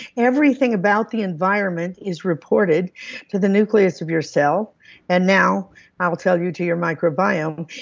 everything about the environment is reported to the nucleus of your cell and now i will tell you to your microbiome,